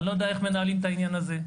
אני לא יודע איך מנהלים את העניין הזה,